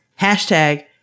hashtag